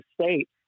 state